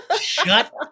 Shut